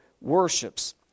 worships